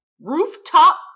Rooftop